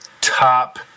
top